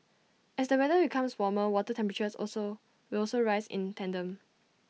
as the weather becomes warmer water temperatures also will also rise in tandem